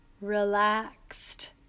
relaxed